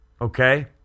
Okay